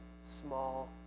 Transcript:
small